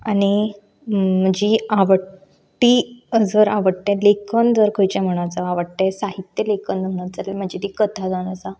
आनी म्हजी आवडटी जर आवडटें लेखन जर खंयचें म्हणत जाल्या आवडटें साहित्य लेखनच जाल्यार म्हजी ती कथा जावन आसा